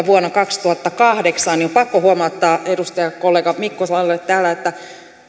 vuonna kaksituhattakahdeksan niin on pakko huomauttaa edustajakollega mikkoselle täällä että